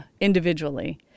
individually